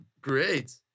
Great